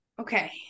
Okay